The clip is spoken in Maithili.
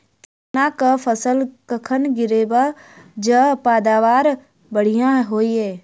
चिकना कऽ फसल कखन गिरैब जँ पैदावार बढ़िया होइत?